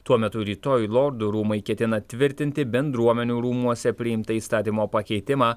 tuo metu rytoj lordų rūmai ketina tvirtinti bendruomenių rūmuose priimtą įstatymo pakeitimą